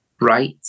right